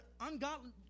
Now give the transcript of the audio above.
ungodly